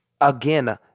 again